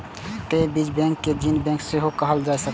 तें बीज बैंक कें जीन बैंक सेहो कहल जा सकैए